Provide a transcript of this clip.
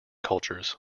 cultures